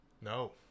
No